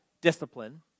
discipline